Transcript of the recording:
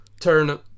turn